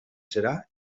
serà